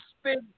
spin